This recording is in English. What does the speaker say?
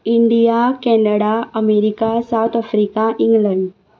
India Canada America South Africa England